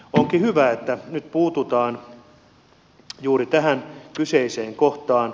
onkin hyvä että nyt puututaan juuri tähän kyseiseen kohtaan